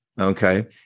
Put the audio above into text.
Okay